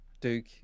Duke